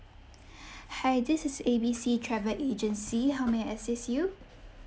hi this is A B C travel agency how may I assist you